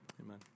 Amen